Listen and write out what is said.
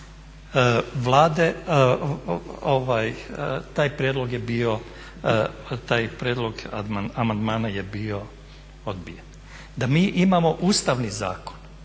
Taj prijedlog je bio, taj prijedlog amandmana je bio odbijen. Da mi imamo ustavni zakon